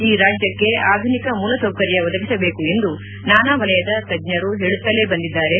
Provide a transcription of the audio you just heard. ಈ ರಾಜ್ಯಕ್ಕೆ ಆಧುನಿಕ ಮೂಲ ಸೌಕರ್ಯ ಒದಗಿಸಬೇಕು ಎಂದು ನಾನಾ ವಲಯದ ತಜ್ಞರು ಹೇಳುತ್ತಲೇ ಬಂದಿದ್ದಾರೆ